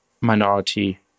minority